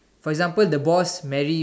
for example the boss marry